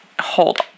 hold